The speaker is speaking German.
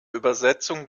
übersetzung